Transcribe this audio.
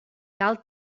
cal